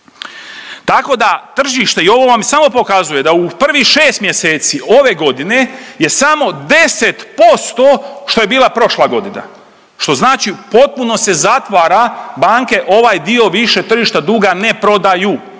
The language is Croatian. tako da tržište i ovo vam samo pokazuje da u prvih šest mjeseci ove godine je samo 10% što je bila prošla godina što znači potpuno se zatvara banke ovaj dio više tržišta duga ne prodaju,